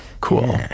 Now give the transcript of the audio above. Cool